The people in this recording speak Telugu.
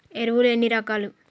ఎరువులు ఎన్ని రకాలు?